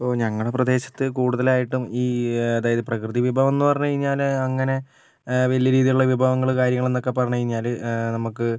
ഇപ്പം ഞങ്ങളുടെ പ്രദേശത്ത് കൂടുതലായിട്ടും ഈ അതായത് പ്രകൃതി വിഭവം എന്ന് പറഞ്ഞ് കഴിഞ്ഞാൽ അങ്ങനെ വലിയ രീതിയിലുള്ള വിഭവങ്ങൾ കാര്യങ്ങളും ഒക്കെ പറഞ്ഞു കഴിഞ്ഞാൽ നമുക്ക്